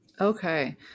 Okay